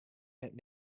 net